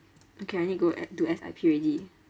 okay I need to go do S_I_P already